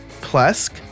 Plesk